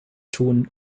tun